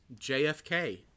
JFK